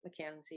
McKenzie